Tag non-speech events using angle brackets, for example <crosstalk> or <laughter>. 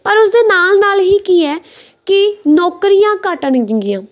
ਪਰ ਉਸਦੇ ਨਾਲ ਨਾਲ ਹੀ ਕੀ ਹੈ ਕਿ ਨੌਕਰੀਆਂ ਘੱਟ <unintelligible>